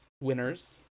winners